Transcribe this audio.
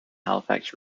halifax